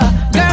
Girl